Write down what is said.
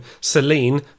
Celine